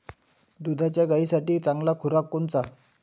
दुधाच्या गायीसाठी चांगला खुराक कोनचा?